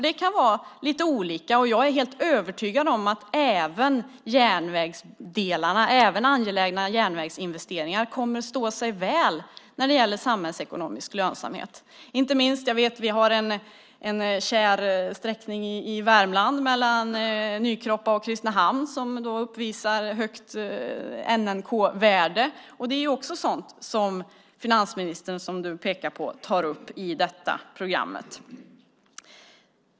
Det kan vara lite olika, och jag är helt övertygad om att även angelägna järnvägsinvesteringar kommer att stå sig väl när det gäller samhällsekonomisk lönsamhet. Vi har en kär sträckning i Värmland mellan Nykroppa och Kristinehamn som uppvisar högt NNK-värde, och det är också sådant som finansministern, som du pekade på, tar upp i programmet.